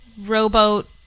rowboat